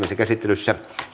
käsittelyssä